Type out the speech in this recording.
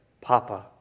Papa